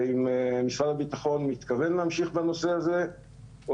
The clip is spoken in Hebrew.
ואם משרד הביטחון להמשיך בנושא הזה או